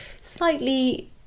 slightly